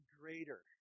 greater